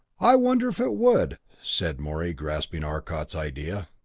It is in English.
i wonder if it would? said morey grasping arcot's idea.